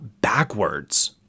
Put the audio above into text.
backwards